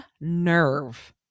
nerve